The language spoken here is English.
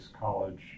college